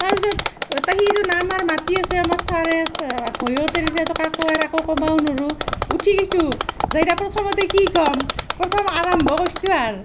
তাৰ পিছত সি ত' নাম আৰ মাতি আছে আমাৰ চাৰে ভয়তে তেতিয়া কাকো আৰ একো ক'বাও ন'ৰো উঠি দিছোঁ যাই ইতা প্ৰথমতে কি ক'ম প্ৰথম আৰম্ভ কৰিছোঁ আৰুু